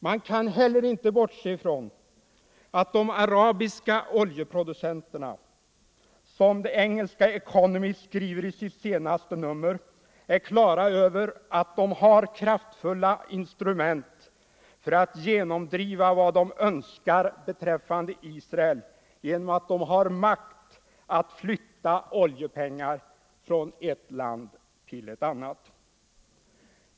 Man kan heller inte bortse från att de arabiska oljeproducenterna, som The Economist skriver i sitt senaste nummer, är på det klara med att de har kraftfulla instrument för att genomdriva vad de önskar beträffande Israel genom att de har makt att flytta oljepengar från ett land till ett annat.